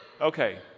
okay